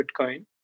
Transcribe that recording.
bitcoin